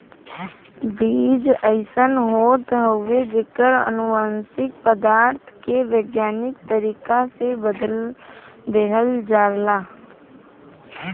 बीज अइसन होत हउवे जेकर अनुवांशिक पदार्थ के वैज्ञानिक तरीका से बदल देहल जाला